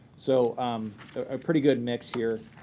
so um a pretty good mix here.